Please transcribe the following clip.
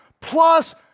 plus